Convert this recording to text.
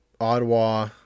ottawa